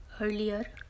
earlier